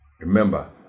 Remember